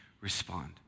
respond